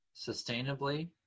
sustainably